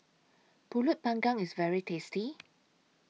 Pulut Panggang IS very tasty